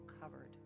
covered